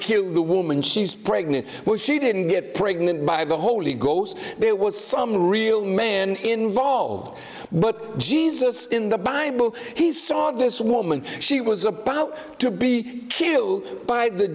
kill the woman she's pregnant with she didn't get pregnant by the holy ghost it was some real man involved but jesus in the bible he saw this woman she was a pal to be killed by the